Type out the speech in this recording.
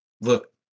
look